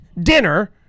dinner